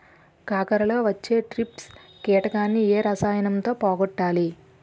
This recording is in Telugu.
కాకరలో వచ్చే ట్రిప్స్ కిటకని ఏ రసాయనంతో పోగొట్టాలి?